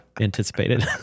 anticipated